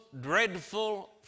dreadful